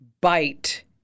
bite